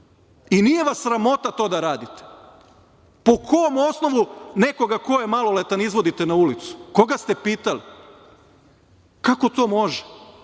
I nije vas sramota to da radite? Po kom osnovu nekoga ko je maloletan izvodite na ulicu? Koga ste pitali? Kako to